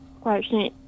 question